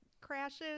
crashes